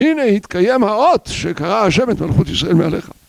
הנה התקיים האות שקרא השם את מלכות ישראל מעליך.